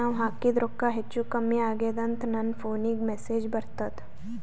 ನಾವ ಹಾಕಿದ ರೊಕ್ಕ ಹೆಚ್ಚು, ಕಮ್ಮಿ ಆಗೆದ ಅಂತ ನನ ಫೋನಿಗ ಮೆಸೇಜ್ ಬರ್ತದ?